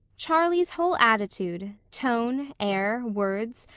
charlie's whole attitude, tone, air, words,